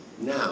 now